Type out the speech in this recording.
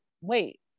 wait